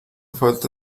falta